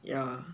ya